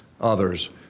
others